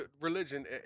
Religion